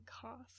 cost